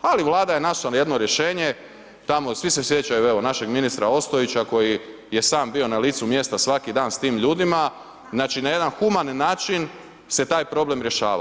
Ali Vlada je našla jedno rješenje, tamo svi se sjećaju evo našeg ministra Ostojića koji je sam bio na licu mjesta svaki dan s tim ljudima, znači na jedan humani način se taj problem rješavao.